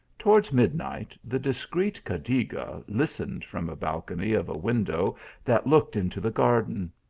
towards mid night the discreet cadiga listened from a balcony of a window that looked into the garden.